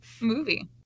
movie